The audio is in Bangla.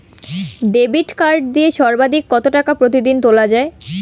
ডেবিট কার্ড দিয়ে সর্বাধিক কত টাকা প্রতিদিন তোলা য়ায়?